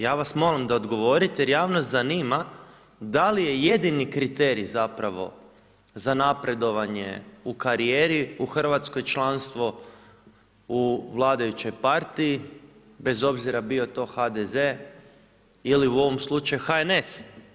Ja vas molim da odgovorite jer javnost zanima, da li je jedini kriterij, zapravo, za napredovanje u karijeri u Hrvatskoj, članstvo u vladajućoj partiji, bez obzira bio to HDZ ili u ovom slučaju HNS.